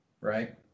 Right